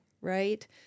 right